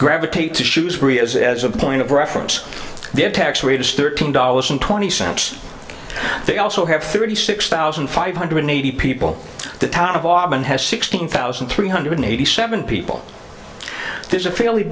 gravitate to shoes free as as a point of reference the tax rate is thirteen dollars and twenty cents they also have thirty six thousand five hundred eighty people the town of auban has sixteen thousand three hundred eighty seven people there's a fairly